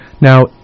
Now